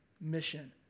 mission